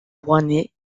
rouennais